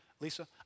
Lisa